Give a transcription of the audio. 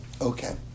Okay